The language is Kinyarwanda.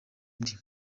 indi